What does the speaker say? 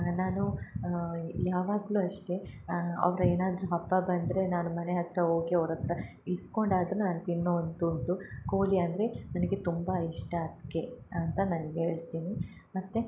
ನಾನು ಯಾವಾಗಲೂ ಅಷ್ಟೇ ಅವ್ರ ಏನಾದರು ಹಬ್ಬ ಬಂದರೆ ನಾನು ಮನೆ ಹತ್ತಿರ ಹೋಗಿ ಅವ್ರ ಹತ್ರ ಇಸ್ಕೊಂಡಾದರೂ ನಾನು ತಿನ್ನುವಂತುಂಟು ಕೋಳಿ ಅಂದರೆ ನನಗೆ ತುಂಬ ಇಷ್ಟ ಅದ್ಕೆ ಅಂತ ನಾನು ಹೇಳ್ತೀನಿ ಮತ್ತು